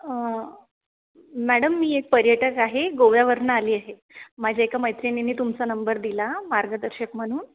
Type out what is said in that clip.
madam मी एक पर्यटक आहे गोव्या वरन आली आहे माझ्या एका मैत्रींनी तुमचा नंबर दिला मार्गदर्शक म्हणून